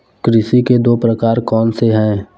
कृषि के दो प्रकार कौन से हैं?